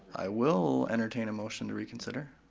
i will entertain a motion to reconsider.